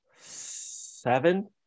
seven